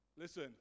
Listen